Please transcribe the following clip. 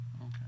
Okay